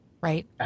right